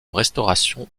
restauration